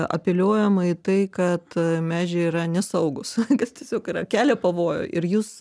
apeliuojama į tai kad medžiai yra nesaugūs kas tiesiog yra kelia pavojų ir jūs